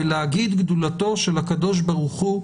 ולהגיד גדולתו של הקדוש ברוך הוא,